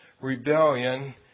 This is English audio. rebellion